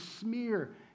smear